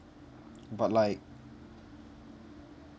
but like